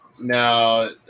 No